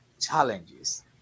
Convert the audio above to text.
challenges